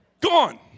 Gone